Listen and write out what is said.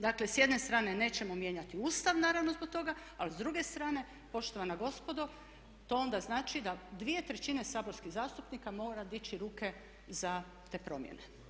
Dakle, s jedne strane nećemo mijenjati Ustav naravno zbog toga, ali s druge strane poštovana gospodo to onda znači da dvije trećine saborskih zastupnika mora dići ruke za te promjene.